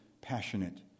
passionate